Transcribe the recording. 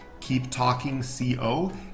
keeptalkingco